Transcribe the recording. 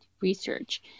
research